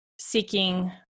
seeking